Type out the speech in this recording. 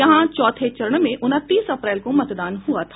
यहां चौथे चरण में उनतीस अप्रैल को मतदान हुआ था